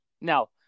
Now